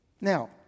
Now